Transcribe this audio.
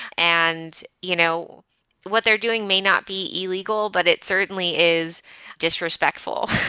and you know what they're doing may not be illegal, but it certainly is disrespectful